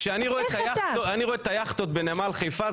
כשאני רואה את היאכטות בנמל חיפה,